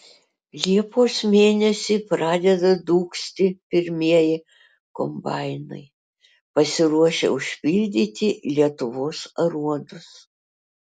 liepos mėnesį pradeda dūgzti pirmieji kombainai pasiruošę užpildyti lietuvos aruodus